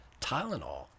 tylenol